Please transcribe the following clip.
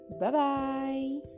Bye-bye